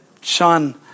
Sean